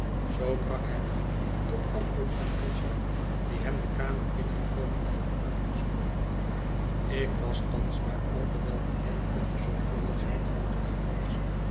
zoo brak hij af tot antwoord aan richard die hem de kamer binnenkomende had aangesproken ik was thans maar al te wel bekend met de zorgvuldigheid van mijnheer vholes